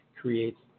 creates